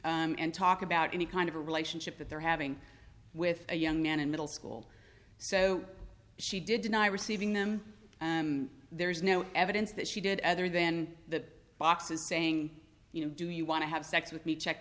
truth and talk about any kind of a relationship that they're having with a young man in middle school so she did deny receiving them there is no evidence that she did other than the boxes saying you know do you want to have sex with me check